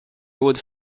would